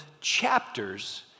chapters